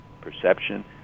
perception